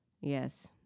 Yes